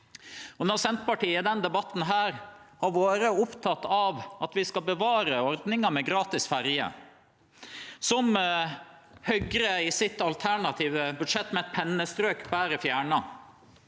Når Senterpartiet i denne debatten har vore oppteke av at vi skal bevare ordninga med gratis ferje, som Høgre i sitt alternative budsjett med eit pennestrøk berre fjerna,